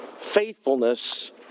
faithfulness